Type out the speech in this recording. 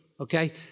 okay